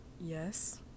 yes